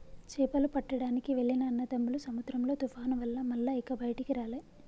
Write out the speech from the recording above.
చేపలు పట్టడానికి వెళ్లిన అన్నదమ్ములు సముద్రంలో తుఫాను వల్ల మల్ల ఇక బయటికి రాలే